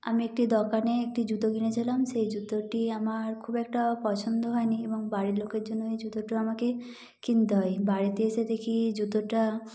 আমি একটি দোকানে একটি জুতো কিনেছিলাম সেই জুতোটি আমার খুব একটা পছন্দ হয় নি এবং বাড়ির লোকের জন্য এই জুতোটা আমাকে কিনতে হয় বাড়িতে এসে দেখি জুতোটা